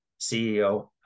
CEO